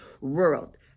world